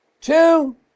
two